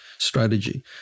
strategy